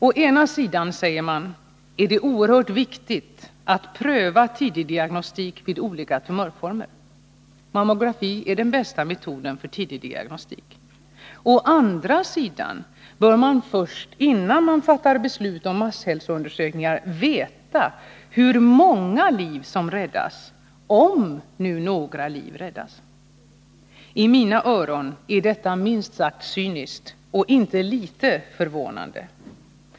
Å ena sidan säger man att det är oerhört viktigt att pröva tidigdiagnostik vid olika tumörformer. Mammografi är den bästa metoden för tidigdiagnostik. Å andra sidan bör man först, innan man fattar beslut om masshälsoundersökningar, veta hur många liv som räddas — om nu några liv räddas! I mina öron är detta minst sagt cyniskt och inte litet förvånande.